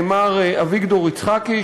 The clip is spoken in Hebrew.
מר אביגדור יצחקי,